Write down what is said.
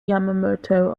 yamamoto